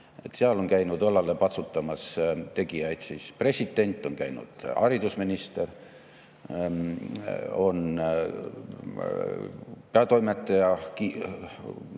Seal on käinud õlale patsutamas tegijaid: president on käinud, haridusminister on käinud, peatoimetaja